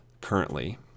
currently